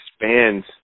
expands